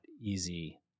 easy